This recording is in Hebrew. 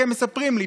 כי הם מספרים לי,